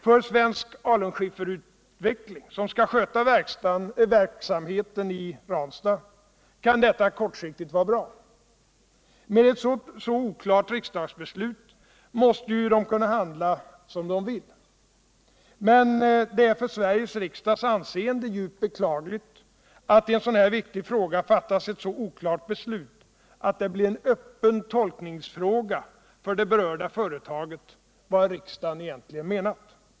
För Svensk Alunskifferutveckling, som skall sköta verksamheten i Ranstad, kan detta kortsiktigt vara bra. Med ett så oklart riksdagsbeslut måste ju det kunna handla som det vill. Men det är för Sveriges riksdags anseende djupt beklagligt att det i en sådan här viktig fråga fattas ett så oklart beslut, att det blir en öppen tolkningsfråga för det berörda företaget vad riksdagen egentligen menat.